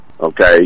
Okay